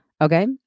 okay